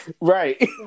Right